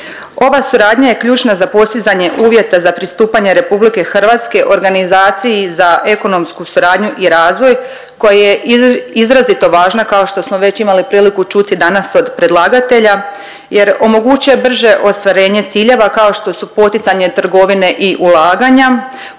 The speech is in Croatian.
Ova suradnja je ključna za postizanje uvjeta za pristupanje RH organizaciji za ekonomsku suradnju i razvoj koja je izrazito važna kao što smo već imali priliku čuti danas od predlagatelja jer omogućuje brže ostvarenje ciljeva kao što su poticanje trgovine i ulaganja,